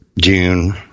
June